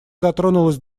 дотронулась